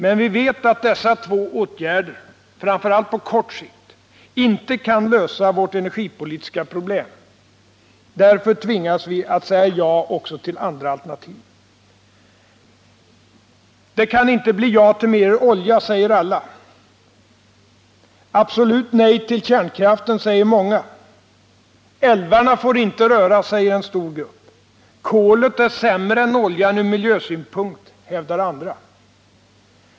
Men vi vet att dessa två åtgärder, framför allt på kort sikt, inte kan lösa vårt energipolitiska problem. Därför tvingas vi att säga ja också till andra alternativ. Det kan inte bli ja till mer olja, säger alla. Absolut nej till kärnkraften, säger många. Älvarna får inte röras, säger en stor grupp. Kolet är sämre än oljan ur miljösynpunkt, hävdar andra.